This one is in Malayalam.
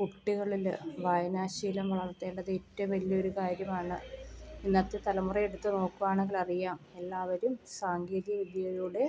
കുട്ടികളിൽ വായനാശീലം വളർത്തേണ്ടത് ഏറ്റവും വലിയ ഒരു കാര്യമാണ് ഇന്നത്തെ തലമുറയെടുത്ത് നോക്കുവാണെങ്കിൽ അറിയാം എല്ലാവരും സാങ്കേതിക വിദ്യയിലൂടെ